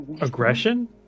Aggression